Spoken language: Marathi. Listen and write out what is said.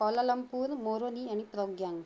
कोलमपूर मोरनी आणि प्रोज्ञान